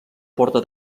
porta